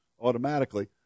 automatically